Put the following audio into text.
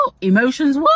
emotions